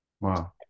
Wow